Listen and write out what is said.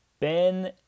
Ben